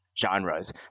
genres